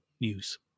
news